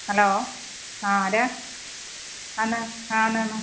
hello ആ ആരാ ആണ് ആണെന്ന്